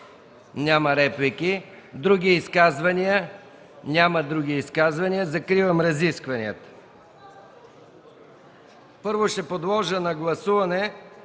Няма. Други изказвания? Няма други изказвания. Закривам разискванията. Първо ще подложа на гласуване